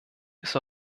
ist